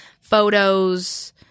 photos